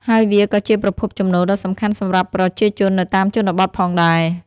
ហើយវាក៏ជាប្រភពចំណូលដ៏សំខាន់សម្រាប់ប្រជាជននៅតាមជនបទផងដែរ។